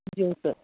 juice